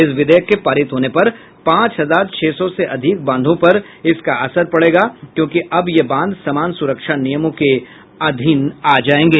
इस विधेयक के पारित होने पर पांच हजार छह सौ से अधिक बांधों पर इसका असर पड़ेगा क्योंकि अब ये बांध समान सुरक्षा नियमों के अधीन आ जाएंगे